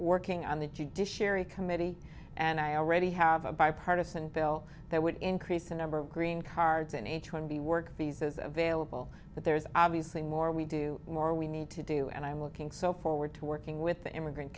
working on the judiciary committee and i already have a bipartisan bill that would increase the number of green cards in a twenty work visas available but there's obviously more we do more we need to do and i'm looking so forward to working with the immigrant